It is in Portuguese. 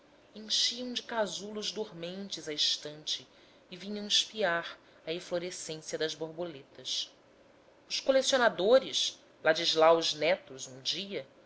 enchiam de casulos dormentes a estante e vinham espiar a eflorescência das borboletas os colecionadores ladislaus netos um dia